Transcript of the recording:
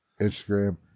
Instagram